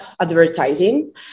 advertising